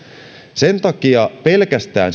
sen takia pelkästään